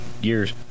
years